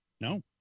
No